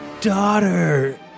daughter